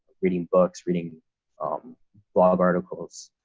reading books, reading um blog articles.